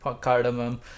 cardamom